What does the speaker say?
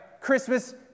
Christmas